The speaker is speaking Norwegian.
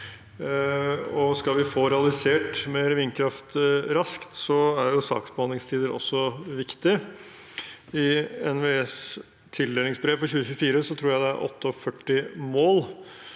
Skal vi få realisert mer vindkraft raskt, er saksbehandlingstiden viktig. I NVEs tildelingsbrev for 2024 tror jeg det er 48 mål,